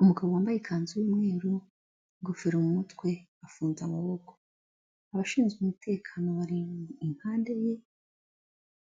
Umugabo wambaye ikanzu y'umweru n'ingofero mu mutwe afunze amaboko, abashinzwe umutekano bari impande ye